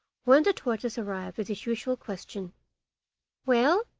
when the tortoise arrived with his usual question well,